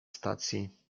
stacji